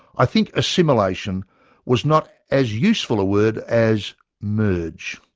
i think assimilation was not as useful a word as merge.